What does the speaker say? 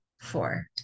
four